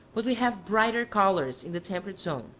but we have brighter colors in the temperate zone.